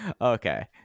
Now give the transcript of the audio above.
okay